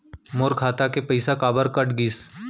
मोर खाता ले पइसा काबर कट गिस?